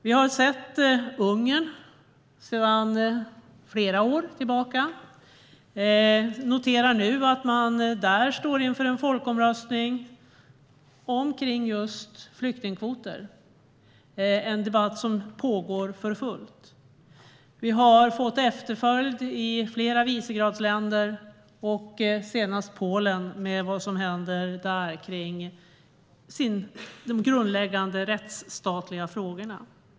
Vi har sett Ungern sedan flera år tillbaka och noterar nu att man där står inför en folkomröstning om just flyktingkvoter. Det är en debatt som pågår för fullt. Vi har fått efterföljd i flera Visegradländer och senast Polen, med vad som händer där kring de grundläggande rättsstatliga frågorna.